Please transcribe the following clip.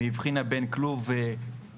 היא הבחינה בין כלוב רגיל,